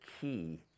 key